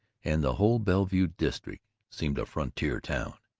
and the whole bellevue district seemed a frontier town.